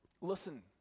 Listen